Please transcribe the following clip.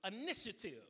initiative